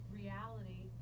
reality